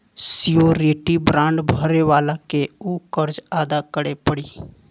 surety bond भरे वाला के ऊ कर्ज अदा करे पड़ी